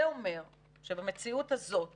זה אומר שבמציאות הזאת כרגע,